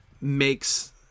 Makes